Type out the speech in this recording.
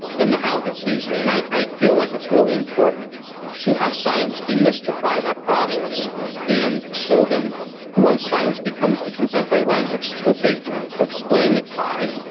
then the how gets easier. and i i feel like it's really important to have science demystify that process and and so then once science becomes the contemporary language that they can explain it by,